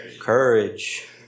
courage